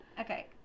Okay